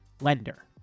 Lender